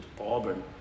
Auburn